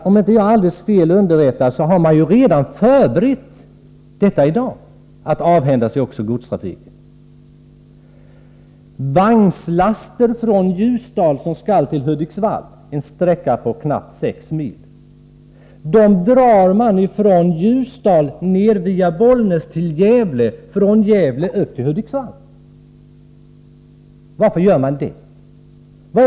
Om jag inte är alldeles fel underrättad har man redan i dag förberett en avveckling av godstrafiken. Vagnslaster från Ljusdal till Hudiksvall, en sträcka på knappt sex mil, drar man från Ljusdal ned via Bollnäs till Gävle och därifrån upp till Hudiksvall. Varför gör man det?